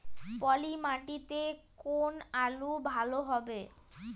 পলি মাটিতে কোন আলু ভালো হবে?